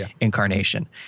incarnation